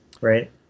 right